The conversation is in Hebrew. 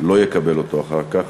לא יקבל אותו אחר כך,